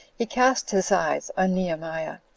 he cast his eyes on nehemiah,